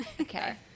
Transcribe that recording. Okay